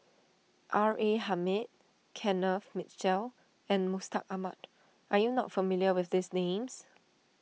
R A Hamid Kenneth Mitchell and Mustaq Ahmad are you not familiar with these names